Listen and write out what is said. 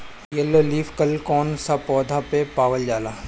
Yellow leaf curl कौन सा पौधा में पावल जाला?